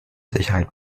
sicherheit